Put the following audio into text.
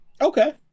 Okay